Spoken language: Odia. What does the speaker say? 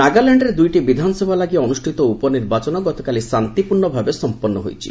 ନାଗାଲ୍ୟାଣ୍ଡ୍ରେ ଦୁଇଟି ବିଧାନସଭା ଲାଗି ଅନୁଷ୍ଠିତ ଉପନିର୍ବାଚନ ଗତକାଲି ଶାନ୍ତିପୂର୍ଣ୍ଣ ଭାବେ ସମ୍ପନ୍ନ ହୋଇଛି